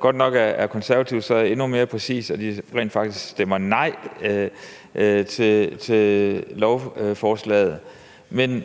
Godt nok er Konservative så endnu mere præcise: De stemmer rent faktisk nej til lovforslaget. Men